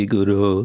Guru